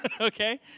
Okay